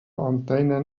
antennen